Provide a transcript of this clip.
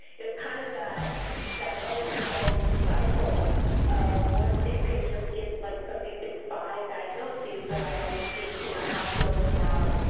it's kind of that that ever-revolving cycle of once these patients get like some of these big five diagnoses that i always speak to my hospitals about,